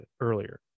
earlier